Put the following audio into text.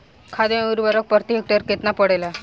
खाध व उर्वरक प्रति हेक्टेयर केतना पड़ेला?